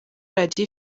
radio